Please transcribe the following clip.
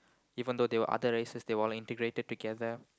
even though they were other races they were all integrated together